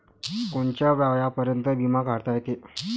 कोनच्या वयापर्यंत बिमा काढता येते?